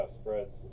spreads